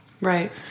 Right